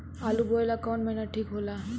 आलू बोए ला कवन महीना ठीक हो ला?